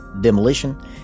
demolition